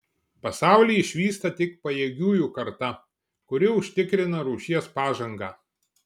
pasaulį išvysta tik pajėgiųjų karta kuri užtikrina rūšies pažangą